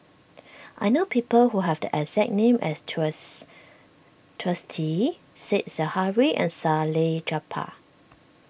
I know people who have the exact name as Twiss Twisstii Said Zahari and Salleh Japar